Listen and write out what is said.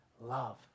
love